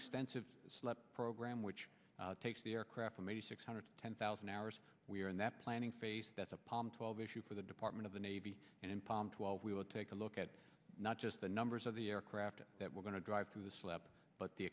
expensive slip program which takes the aircraft or maybe six hundred ten thousand hours we are in that planning phase that's a palm twelve issue for the department of the navy and in palm twelve we will take a look at not just the numbers of the aircraft that we're going to drive through the slab but the